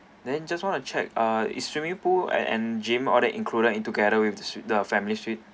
then just want to check ah is swimming pool and and gym all that included in together with the suite the family suite